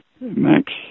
Max